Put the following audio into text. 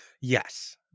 Yes